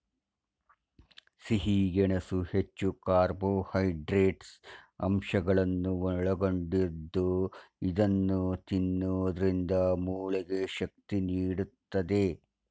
ಸಿಹಿ ಗೆಣಸು ಹೆಚ್ಚು ಕಾರ್ಬೋಹೈಡ್ರೇಟ್ಸ್ ಅಂಶಗಳನ್ನು ಒಳಗೊಂಡಿದ್ದು ಇದನ್ನು ತಿನ್ನೋದ್ರಿಂದ ಮೂಳೆಗೆ ಶಕ್ತಿ ನೀಡುತ್ತದೆ